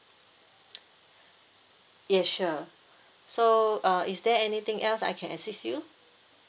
yes sure so uh is there anything else I can assist you